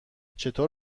چطور